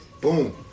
Boom